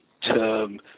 term